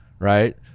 Right